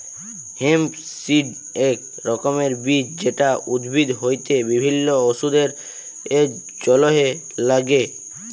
hemp seed এক রকমের বীজ যেটা উদ্ভিদ হইতে বিভিল্য ওষুধের জলহে লাগ্যে